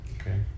okay